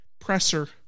Presser